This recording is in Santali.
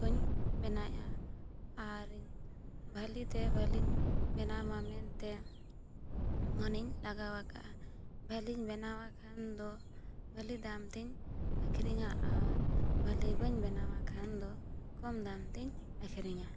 ᱠᱩᱧ ᱵᱮᱱᱟᱣᱮᱜᱼᱟ ᱟᱨ ᱵᱷᱟᱹᱞᱤ ᱛᱮ ᱵᱷᱟᱹᱞᱤᱧ ᱵᱮᱱᱟᱣ ᱢᱟ ᱢᱮᱱᱛᱮ ᱢᱚᱱᱤᱧ ᱞᱟᱜᱟᱣ ᱟᱠᱟᱫᱼᱟ ᱵᱷᱟᱹᱞᱤᱧ ᱵᱮᱱᱟᱣᱟ ᱠᱷᱟᱱ ᱫᱚ ᱵᱷᱟᱹᱞᱤ ᱫᱟᱢ ᱛᱤᱧ ᱟᱹᱠᱷᱨᱤᱧᱟ ᱟᱨ ᱵᱷᱟᱹᱞᱤ ᱵᱟᱹᱧ ᱵᱮᱱᱟᱣᱟ ᱠᱷᱟᱱ ᱫᱚ ᱠᱚᱢ ᱫᱟᱢ ᱛᱤᱧ ᱟᱹᱠᱷᱨᱤᱧᱟ